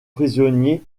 prisonniers